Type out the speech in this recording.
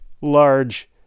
large